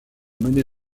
menée